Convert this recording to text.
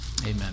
amen